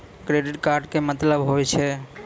Credit card के मतलब होय छै?